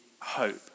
hope